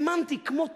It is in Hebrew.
האמנתי, כמו תמים,